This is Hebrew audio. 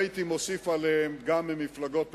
והייתי מוסיף עליהם גם ממפלגות אחרות,